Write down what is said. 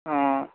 অঁ